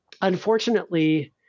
unfortunately